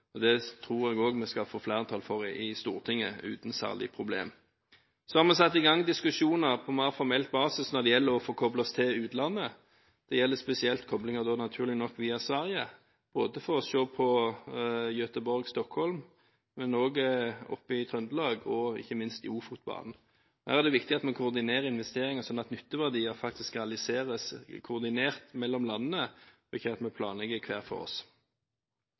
2014. Det tror jeg også vi skal få flertall for i Stortinget uten særlig problem. Så har vi satt i gang diskusjoner på mer formell basis når det gjelder å få koblet oss til utlandet. Det gjelder spesielt koblinger – naturlig nok – via Sverige, for å se på Gøteborg–Stockholm, oppe i Trøndelag og, ikke minst, i Ofotbanen. Her er det viktig at vi koordinerer investeringer, sånn at nytteverdier faktisk realiseres koordinert mellom landene, og at vi ikke planlegger hver for oss.